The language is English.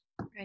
Right